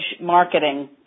marketing